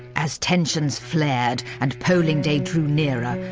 as tensions flared and polling day drew nearer,